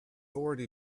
already